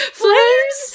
flames